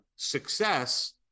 success